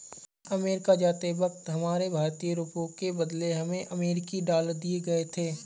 America जाते वक्त हमारे भारतीय रुपयों के बदले हमें अमरीकी डॉलर दिए गए थे